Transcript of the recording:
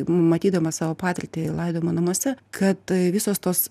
matydama savo patirtį laidojimo namuose kad visos tos